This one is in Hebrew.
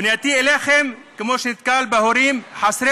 פנייתי אליכם היא כמי שנתקל בהורים חסרי